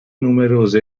numerose